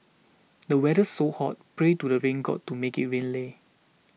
the weather's so hot pray to the rain god to make it rain leh